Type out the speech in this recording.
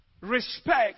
Respect